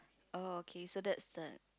oh okay so that's the